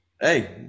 Hey